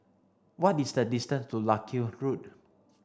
what is the distance to Larkhill Road